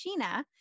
Sheena